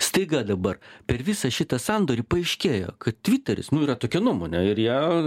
staiga dabar per visą šitą sandorį paaiškėjo kad tviteris nu yra tokia nuomonė ir ją